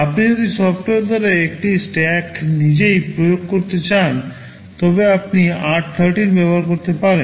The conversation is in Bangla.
আপনি যদি সফ্টওয়্যার দ্বারা একটি স্ট্যাক নিজেই প্রয়োগ করতে চান তবে আপনি r13 ব্যবহার করতে পারেন